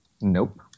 Nope